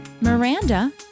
Miranda